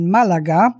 Malaga